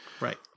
right